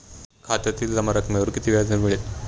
खात्यातील जमा रकमेवर किती व्याजदर मिळेल?